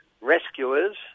rescuers